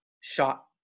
shot